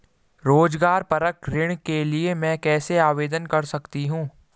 रोज़गार परक ऋण के लिए मैं कैसे आवेदन कर सकतीं हूँ?